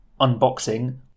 unboxing